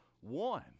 one